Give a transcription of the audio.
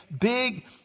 big